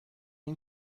این